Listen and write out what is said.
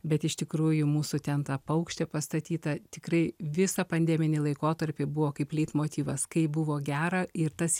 bet iš tikrųjų mūsų ten ta paukštė pastatyta tikrai visą pandeminį laikotarpį buvo kaip leitmotyvas kai buvo gera ir tas